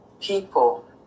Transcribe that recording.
people